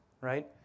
right